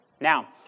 Now